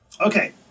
Okay